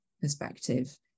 perspective